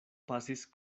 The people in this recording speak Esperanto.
pasis